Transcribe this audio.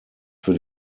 für